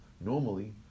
Normally